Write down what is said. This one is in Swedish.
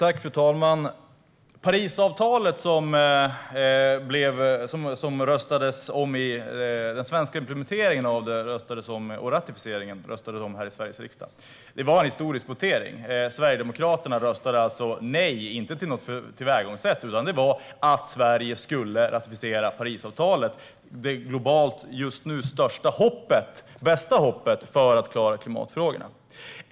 Fru talman! Parisavtalets svenska ratificering och implementering röstade vi om här i Sveriges riksdag. Det var en historisk votering. Sverigedemokraterna röstade alltså nej - inte till något tillvägagångssätt utan till att Sverige skulle ratificera Parisavtalet, det just nu bästa globala hoppet för att klara klimatfrågorna.